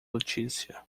notícia